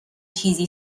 چیزی